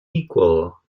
equal